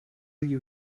you